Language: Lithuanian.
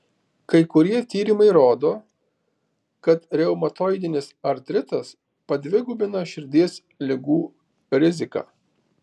kai kurie tyrimai rodo kad reumatoidinis artritas padvigubina širdies ligų riziką